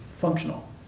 functional